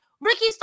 Ricky